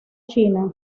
china